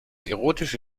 erotische